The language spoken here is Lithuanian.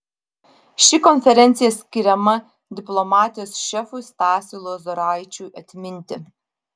ši konferencija skiriama diplomatijos šefui stasiui lozoraičiui atminti